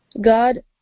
God